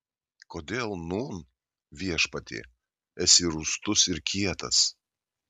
kodėl nūn viešpatie esi rūstus ir kietas